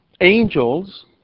Angels